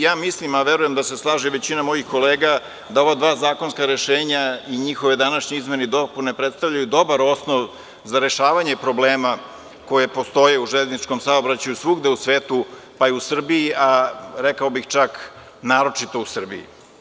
Ja mislim, a verujem da se slaže i većina mojih kolega, da ova dva zakonska rešenja i njihove današnje izmene i dopune predstavljaju dobar osnov za rešavanje problema koji postoje u železničkom saobraćaju svugde u svetu pa i u Srbiji, a, rekao bih čak, naročito u Srbiji.